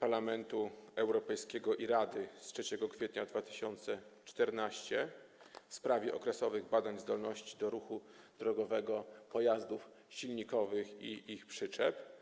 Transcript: Parlamentu Europejskiego i Rady z 3 kwietnia 2014 r. w sprawie okresowych badań zdolności do ruchu drogowego pojazdów silnikowych i ich przyczep.